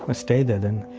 um stay there then.